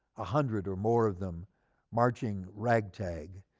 ah hundred or more of them marching ragtag,